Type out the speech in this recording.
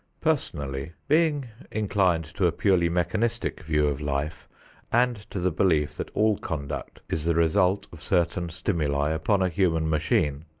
personally, being inclined to a purely mechanistic view of life and to the belief that all conduct is the result of certain stimuli upon a human machine,